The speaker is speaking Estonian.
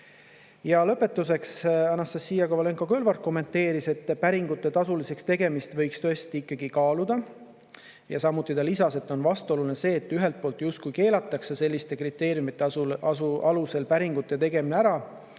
Ja lõpetuseks Anastassia Kovalenko-Kõlvart kommenteeris, et päringute tasuliseks tegemist võiks ikkagi kaaluda. Ja samuti ta lisas, et on vastuoluline see, et ühelt poolt justkui keelatakse selliste kriteeriumite alusel päringute tegemine ära,